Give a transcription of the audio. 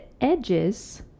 edges